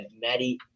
Maddie